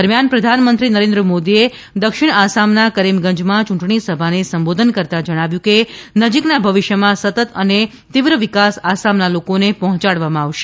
દરમિયાન પ્રધાનમંત્રી નરેન્દ્ર મોદીએ દક્ષિણ આસામના કરીમગંજમાં યૂંટણી સભાને સંબોધન કરતાં જણાવ્યું છે કે નજીકના ભવિષ્યમાં સતત અને તીવ્ર વિકાસ આસામના લોકોને પહોં ચાડવામાં આવશે